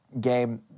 game